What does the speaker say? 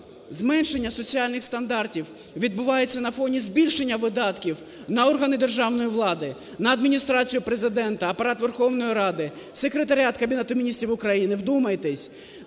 зменшення соціальних стандартів відбувається на фоні збільшення видатків на органи державної влади, на Адміністрацію Президента, Апарат Верховної Ради, Секретаріат Кабінету Міністрів України. Вдумайтесь,